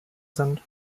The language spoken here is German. sind